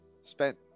spent